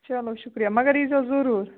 چلو شُکریہ مگر ییٖزیٚو ضروٗر